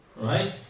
Right